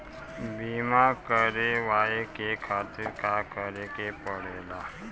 बीमा करेवाए के खातिर का करे के पड़ेला?